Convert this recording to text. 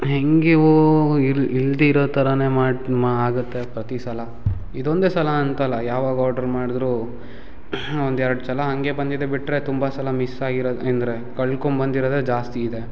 ಹೆಂಗೆ ಇವು ಇಲ್ಲಿ ಇಲ್ಲದಿರೋ ಥರವೇ ಮಾಡಿ ಮಾ ಆಗುತ್ತೆ ಪ್ರತಿ ಸಲ ಇದೊಂದೇ ಸಲ ಅಂತಲ್ಲ ಯಾವಾಗ ಆರ್ಡ್ರು ಮಾಡಿದ್ರೂ ಒಂದು ಎರಡು ಸಲ ಹಾಗೆ ಬಂದಿದೆ ಬಿಟ್ಟರೆ ತುಂಬ ಸಲ ಮಿಸ್ಸಾಗಿರೋದ್ ಅಂದರೆ ಕಳ್ಕೊಂಡ್ಬಂದಿರದೆ ಜಾಸ್ತಿ ಇದೆ